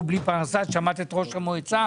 משרד הביטחון יכול לבוא ולהגיד: "אין לי מה לעשות,